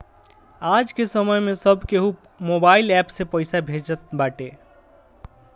आजके समय में सब केहू मोबाइल एप्प से पईसा भेजत बाटे